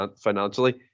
financially